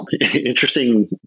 Interesting